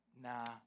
nah